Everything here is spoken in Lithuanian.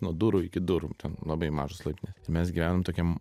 nuo durų iki durų ten labai mažos laiptinės mes gyvenom tokiam